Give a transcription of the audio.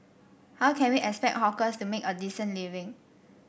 how can we expect hawkers to make a decent living